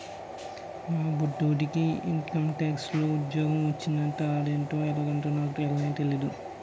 మా బొట్టిడికి ఇంకంటాక్స్ లో ఉజ్జోగ మొచ్చిందట అదేటో ఎలగుంటదో నాకు తెల్నే తెల్దు